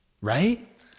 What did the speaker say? Right